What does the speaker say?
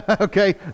Okay